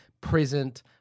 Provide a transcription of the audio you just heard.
present